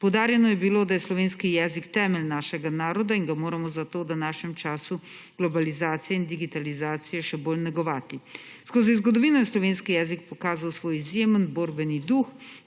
Poudarjeno je bilo, da je slovenski jezik temelj našega naroda in ga moramo zato v današnjem času globalizacije in digitalizacije še bolj negovati. Skozi zgodovino je slovenski jezik pokazal svoj izjemen borbeni duh,